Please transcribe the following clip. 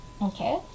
Okay